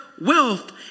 wealth